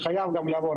שחייב גם לעבור.